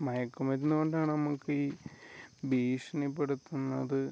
മയക്കുമരുന്ന് കൊണ്ടാണ് നമുക്ക് ഈ ഭീഷണിപ്പെടുത്തുന്നത്